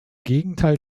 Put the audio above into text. gegenteil